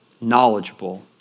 knowledgeable